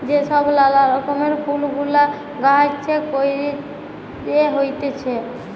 যে ছব লালা রকমের ফুল গুলা গাহাছে ক্যইরে হ্যইতেছে